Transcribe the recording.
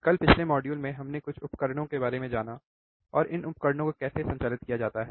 कल पिछले मॉड्यूल में हमने कुछ उपकरणों के बारे में जाना और इन उपकरणों को कैसे संचालित किया जाता है